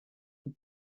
vous